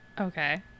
Okay